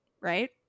right